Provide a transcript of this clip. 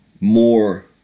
more